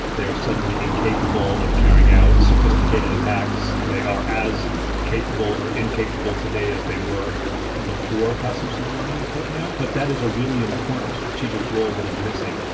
they are suddenly incapable of carrying out sophisticated attacks. they are as capable or incapable today as they were before. custom soleimani was taken out, but that is a really important strategic role that is missing.